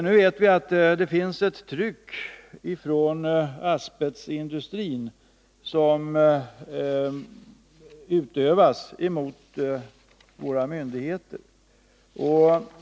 Nu vet vi att det utövas ett tryck från asbestindustrin mot våra myndigheter.